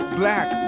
black